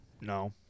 No